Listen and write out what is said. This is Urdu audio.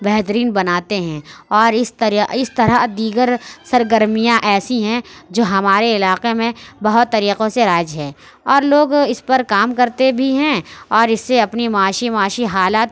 بہترین بناتے ہیں اور اس طرح دیگر سرگرمیاں ایسی ہیں جو ہمارے علاقے میں بہت طریقوں سے رائج ہے اور لوگ اس پر کام کرتے بھی ہیں اور اس سے اپنی معاشی معاشی حالات